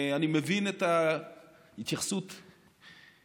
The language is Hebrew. אני מבין את ההתייחסות לנושא.